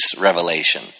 revelation